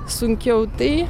sunkiau tai